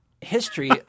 history